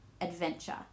Adventure